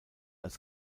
als